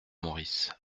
maurice